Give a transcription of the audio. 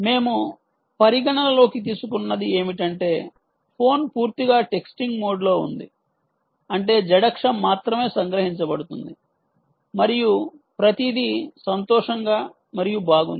మేము పరిగణనలోకి తీసుకున్నది ఏమిటంటే ఫోన్ పూర్తిగా టెక్స్టింగ్ మోడ్లో ఉంది అంటే z అక్షం మాత్రమే సంగ్రహించబడుతుంది మరియు ప్రతిదీ సంతోషంగా మరియు బాగుంది